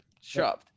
shoved